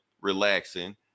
relaxing